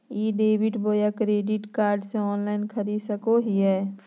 ई debit बोया credit card से online खरीद सको हिए?